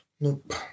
Nope